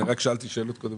קודם רק שאלתי שאלות.